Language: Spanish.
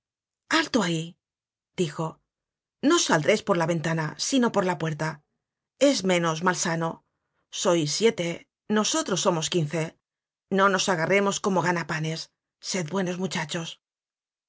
alto ahí dijo no saldreis por la ventana sino por la puerta es menos mal sano sois siete nosotros somos quince no nos agarremos como ganapanes sed buenos muchachos el